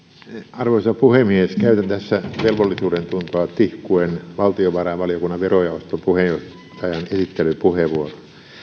arvoisa puhemies käytän tässä velvollisuudentuntoa tihkuen valtiovarainvaliokunnan verojaoston puheenjohtajan esittelypuheenvuoron tässä